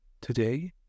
Today